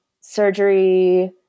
surgery